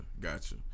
gotcha